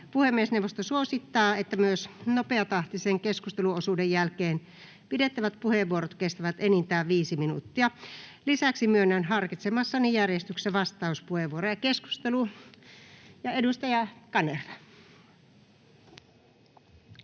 Puhemiesneuvosto suosittaa, että myös nopeatahtisen keskusteluosuuden jälkeen pidettävät puheenvuorot kestävät enintään 5 minuuttia. Lisäksi myönnän harkitsemassani järjestyksessä vastauspuheenvuoroja. — Keskustelu, edustaja Kanerva.